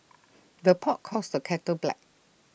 the pot calls the kettle black